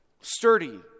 sturdy